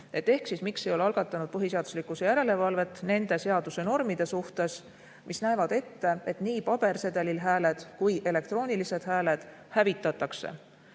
Ehk siis, miks ei ole algatatud põhiseaduslikkuse järelevalvet nende seadusenormide suhtes, mis näevad ette, et nii pabersedelil hääled kui elektroonilised hääled hävitatakse,